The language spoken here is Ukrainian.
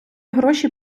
гроші